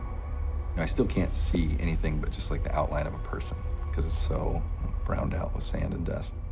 and i still can't see anything but just like the outline of a person because it's so browned out with sand and dust.